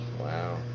Wow